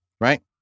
Right